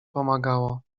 pomagało